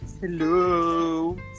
Hello